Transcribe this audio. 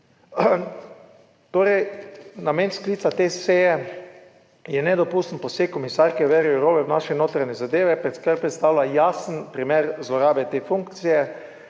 torej, namen sklica te seje je nedopusten poseg komisarke Vere Jourove v naše notranje zadeve, kar predstavlja jasen primer zlorabe te funkcije.